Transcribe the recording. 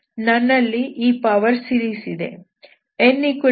ನನ್ನಲ್ಲಿ ಈ power series ಇದೆ